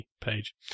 page